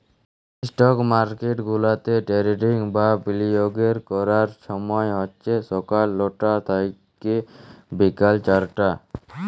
stock market গুলাতে trading বা বিলিয়গের ক্যরার ছময় হছে ছকাল লটা থ্যাইকে বিকাল চারটা